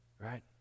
right